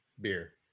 beer